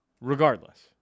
Regardless